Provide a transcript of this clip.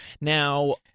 Now